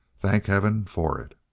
thank heaven for it!